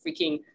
freaking